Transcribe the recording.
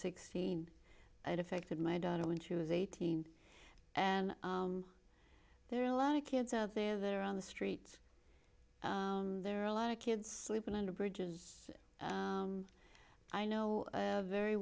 sixteen i defected my daughter when she was eighteen and there are a lot of kids out there that are on the streets there are a lot of kids sleeping under bridges i know very